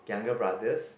younger brothers